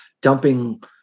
dumping